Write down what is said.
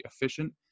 efficient